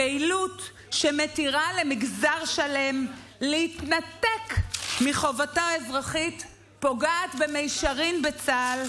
הפעילות שמתירה למגזר שלם להתנתק מחובתו האזרחית פוגעת במישרין בצה"ל,